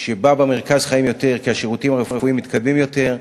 שבה במרכז חיים יותר כי השירותים הרפואיים מתקדמים יותר,